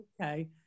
okay